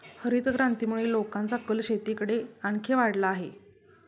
हरितक्रांतीमुळे लोकांचा कल शेतीकडे आणखी वाढला आहे